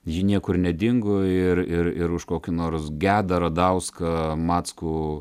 ji niekur nedingo ir ir ir už kokį nors gedą radauską mackų